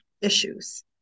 issues